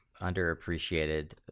underappreciated